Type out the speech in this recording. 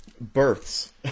births